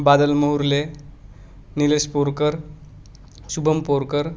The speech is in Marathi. बादल मोहरले निलेश पोरकर शुभम पोरकर